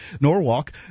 Norwalk